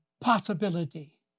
possibility